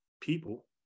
people